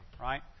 Right